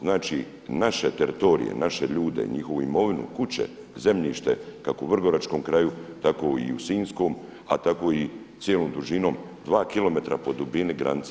Znači naše teritorije, naše ljude, njihovu imovinu, kuće, zemljište kako u Vrgoračkom kraju tako i u Sinjskom, a tako i cijelom dužinom 2 km po dubini granice.